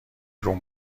روم